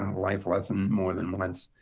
um life lesson more than once.